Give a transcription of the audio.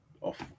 off